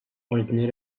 ordni